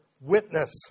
witness